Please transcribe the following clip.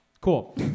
Cool